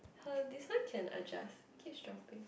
uh this one can adjust keeps dropping